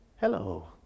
Hello